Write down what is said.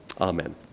Amen